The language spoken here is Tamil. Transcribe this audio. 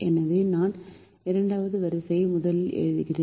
எனவே நான் இரண்டாவது வரிசையை முதலில் எழுதுகிறேன்